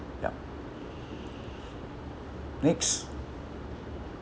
ya next